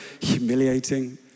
humiliating